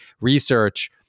research